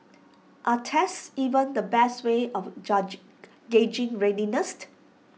are tests even the best way of gauging